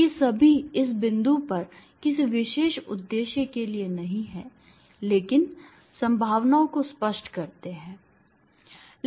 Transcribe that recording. तो ये सभी इस बिंदु पर किसी विशेष उद्देश्य के लिए नहीं हैं लेकिन संभावनाओं को स्पष्ट करते हैं